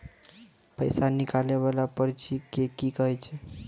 पैसा निकाले वाला पर्ची के की कहै छै?